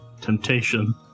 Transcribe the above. Temptation